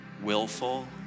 willful